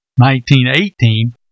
1918